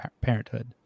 parenthood